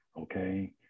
okay